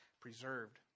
Preserved